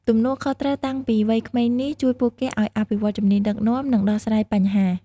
ទំនួលខុសត្រូវតាំងពីវ័យក្មេងនេះ ជួយពួកគេឱ្យអភិវឌ្ឍជំនាញដឹកនាំ និងដោះស្រាយបញ្ហា។